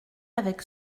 avec